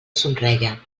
somreia